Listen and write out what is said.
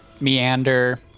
meander